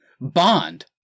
Bond